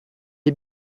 est